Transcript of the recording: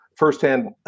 first-hand